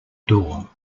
door